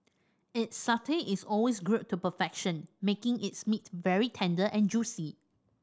its satay is always grilled to perfection making its meat very tender and juicy